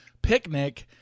picnic